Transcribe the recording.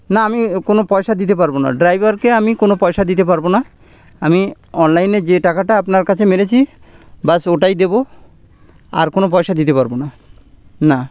না আমি কোনো পয়সা দিতে পারব না ড্রাইভারকে আমি কোনো পয়সা দিতে পারব না আমি অনলাইনে যে টাকাটা আপনার কাছে মেরেছি ব্যাস ওটাই দেব আর কোনো পয়সা দিতে পারব না না